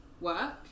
work